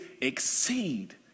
exceed